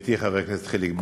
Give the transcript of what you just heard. עמיתי חבר הכנסת חיליק בר,